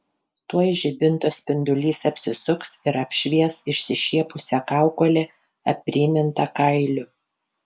tuoj žibinto spindulys apsisuks ir apšvies išsišiepusią kaukolę aprėmintą kailiu